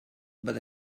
but